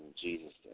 Jesus